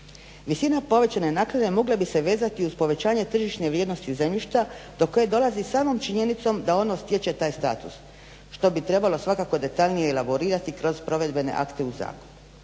Visina povećane naknade mogla bi se vezati uz povećanje tržišne vrijednosti zemljišta do koje dolazi samom činjenicom da ono stječe taj status što bi trebalo svakako detaljnije elaborirati kroz provedbene akte u zakonu.